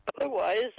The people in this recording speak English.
Otherwise